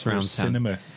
cinema